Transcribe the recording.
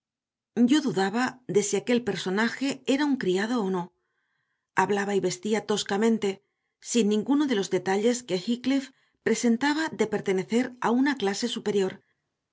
yo dudaba de si aquel personaje era un criado o no hablaba y vestía toscamente sin ninguno de los detalles que heathcliff presentaba de pertenecer a una clase superior